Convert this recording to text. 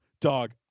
Dog